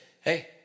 hey